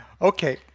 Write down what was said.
Okay